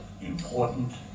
important